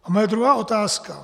A moje druhá otázka.